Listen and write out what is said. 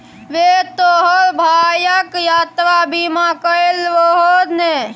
रे तोहर भायक यात्रा बीमा कएल रहौ ने?